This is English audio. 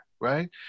right